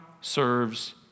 serves